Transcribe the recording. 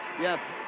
Yes